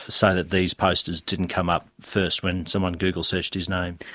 so that these posters didn't come up first when someone google-searched his name.